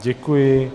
Děkuji.